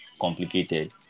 complicated